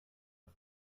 auf